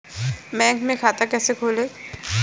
Bank में खाता कैसे खोलें?